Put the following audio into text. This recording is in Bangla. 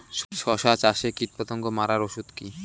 শসা চাষে কীটপতঙ্গ মারার ওষুধ কি?